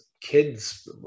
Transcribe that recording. kids